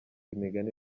imigani